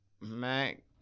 Mac